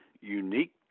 unique